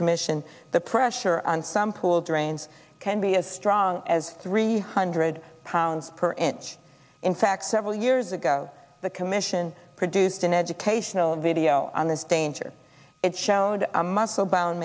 commission the pressure on some pool drains can be as strong as three hundred pounds per inch in fact several years ago the commission produced an educational video on this danger it showed a muscle bound